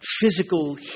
physical